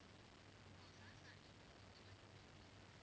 !wah! sounds like an and 穿越 I think